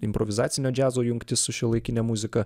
improvizacinio džiazo jungtis su šiuolaikine muzika